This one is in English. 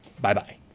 Bye-bye